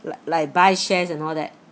like like buy shares and all that